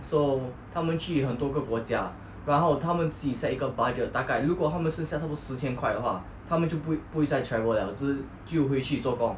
so 他们去很多个国家然后他们自己 set 一个 budget 大概如果他们是 set 差不多十千块的话他们就不会不会在 travel 了就是就回去做工